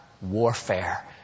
warfare